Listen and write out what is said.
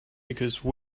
because